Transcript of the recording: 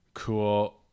Cool